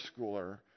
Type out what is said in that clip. schooler